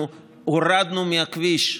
אנחנו הורדנו מהכביש,